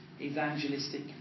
evangelistic